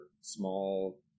small